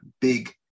big